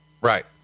Right